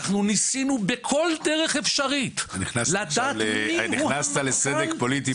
אתה נכנסת עכשיו לסדק פוליטי,